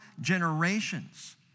generations